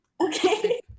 okay